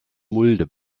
mulde